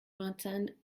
lointaines